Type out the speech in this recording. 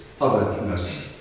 otherness